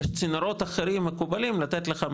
יש צינורות אחרים מקובלים לתת לך מענה,